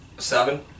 Seven